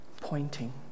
pointing